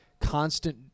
constant